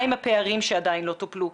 מהם הפערים שעדיין לא טופלו.